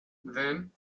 then